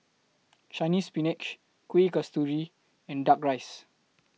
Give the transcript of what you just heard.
Chinese Spinach Kuih Kasturi and Duck Rice